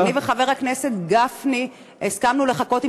שאני וחבר הכנסת גפני הסכמנו לחכות עם